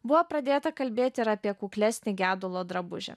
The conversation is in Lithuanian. buvo pradėta kalbėti ir apie kuklesnį gedulo drabužį